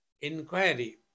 inquiry